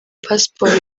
passport